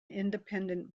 independent